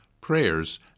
prayers